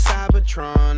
Cybertron